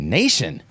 nation